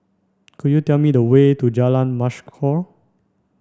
could you tell me the way to Jalan Mashhor